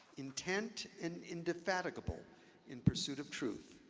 intent and indefatigable in pursuit of truth,